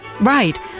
Right